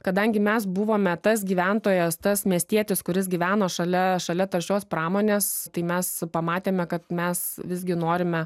kadangi mes buvome tas gyventojas tas miestietis kuris gyveno šalia šalia taršios pramonės tai mes pamatėme kad mes visgi norime